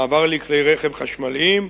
מעבר לכלי-רכב חשמליים,